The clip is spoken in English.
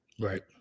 Right